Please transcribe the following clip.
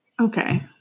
Okay